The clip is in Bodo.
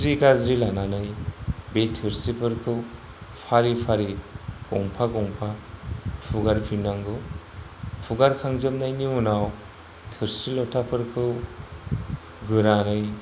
हिस्रि गाज्रि लानानै बे थोरसिखौ फारि फारि गंफा गंफा हुगारफिननांगौ हुगारखांजोबनायनि उनाव थोरसि लथाफोरखौ गोरानै